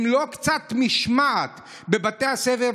אם לא קצת משמעת בבתי הספר,